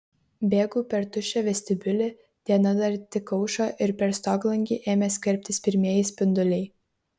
bėgau per tuščią vestibiulį diena dar tik aušo ir per stoglangį ėmė skverbtis pirmieji spinduliai